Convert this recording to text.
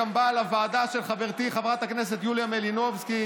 היא גם באה לוועדה של חברתי חברת הכנסת יוליה מלינובסקי